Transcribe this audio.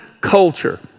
Culture